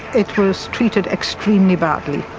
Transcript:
it was treated extremely badly.